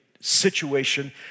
situation